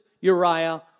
Uriah